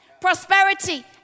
prosperity